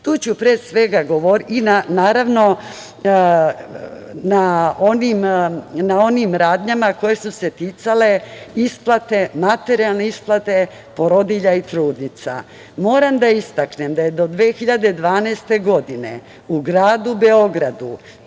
rast i razvoj dece i na onim radnjama koje su se ticale materijalne isplate porodilja i trudnica. Moram da istaknem da je do 2012. godine u gradu Beogradu